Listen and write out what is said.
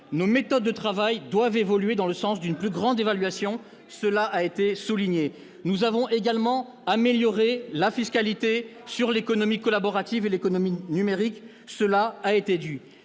Nos méthodes de travail doivent évoluer dans le sens d'une plus grande évaluation ; cela a été souligné. Nous avons également amélioré la fiscalité sur l'économie collaborative et l'économie numérique. Nous avons